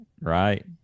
Right